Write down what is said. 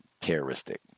terroristic